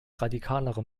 radikalere